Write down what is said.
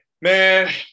man